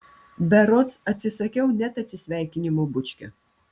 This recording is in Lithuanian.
berods atsisakiau net atsisveikinimo bučkio